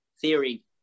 Theory